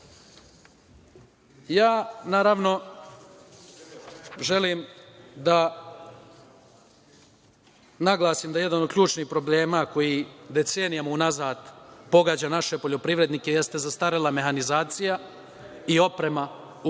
naravno, želim da naglasim da jedan od ključnih problema koji decenijama unazad pogađa naše poljoprivrednike jeste zastarela mehanizacija i oprema u proizvodnji.